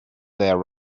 there